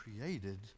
created